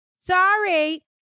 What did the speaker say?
sorry